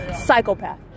psychopath